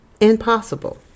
impossible